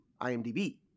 IMDb